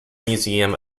museum